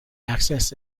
access